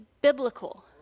biblical